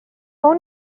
اون